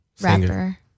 Rapper